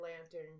lantern